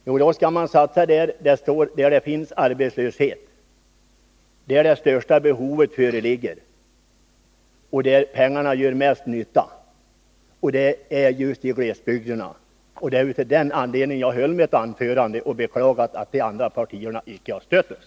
Jo, då skall man satsa där det finns arbetslöshet, där det största behovet föreligger och där pengarna gör mest nytta. Det är just i glesbygderna, och det är av den anledningen jag höll mitt anförande och beklagade att de andra partierna icke har stött oss.